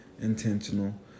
intentional